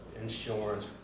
insurance